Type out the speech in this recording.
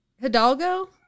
Hidalgo